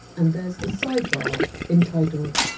and there! s a sidebar entitled!